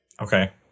Okay